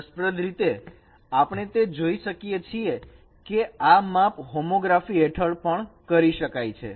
રસપ્રદ રીતેઆપણે તે જોઈ શકીએ છીએ કે આ માપ હોમોગ્રાફી હેઠળ પણ કરી શકાય છે